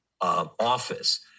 office